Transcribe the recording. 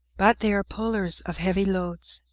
but they are pullers of heavy loads.